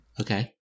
Okay